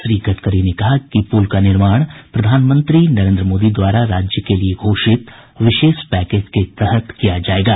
श्री गडकरी ने कहा कि पुल का निर्माण प्रधानमंत्री नरेन्द्र मोदी द्वारा राज्य के लिए घोषित विशेष पैकेज के तहत किया जायेगा